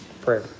prayer